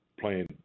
playing